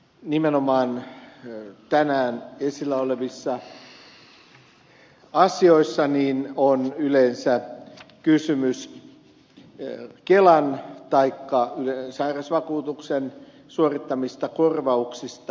hallituksen monissa nimenomaan tänään esillä olevissa asioissa on yleensä kysymys kelan taikka sairausvakuutuksen suorittamista korvauksista